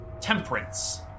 Temperance